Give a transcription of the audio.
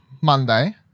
Monday